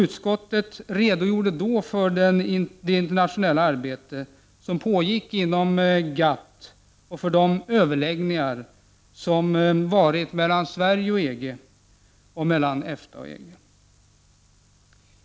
Utskottet redogjorde då för det internationella arbete som pågick inom GATT och för de överläggningar som varit mellan Sverige och EG och mellan EFTA och EG.